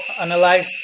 analyze